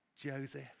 Joseph